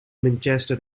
manchester